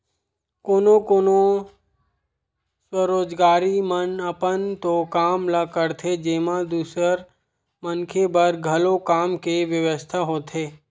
कोनो कोनो स्वरोजगारी मन अपन तो काम ल करथे जेमा दूसर मनखे बर घलो काम के बेवस्था होथे